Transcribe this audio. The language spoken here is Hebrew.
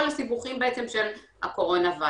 כל הסיבוכים של וירוס הקורונה.